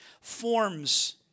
forms